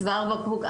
מבחינת צוואר הבקבוק,